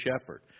shepherd